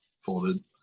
folded